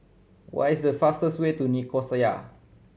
what is the fastest way to Nicosia